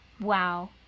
wow